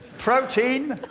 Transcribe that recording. protein,